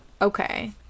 okay